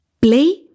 play